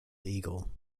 eagle